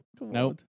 Nope